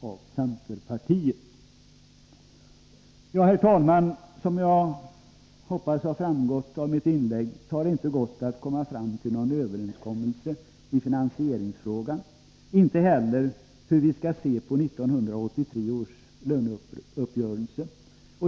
Jag hoppas att det av mitt inlägg har framgått att det inte har gått att komma fram till någon överenskommelse i finansieringsfrågan och inte heller när det gäller hur vi skall se på 1983 års löneuppgörelse.